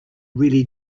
really